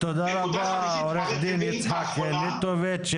תודה רבה עו"ד יצחק נטוביץ'.